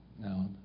Now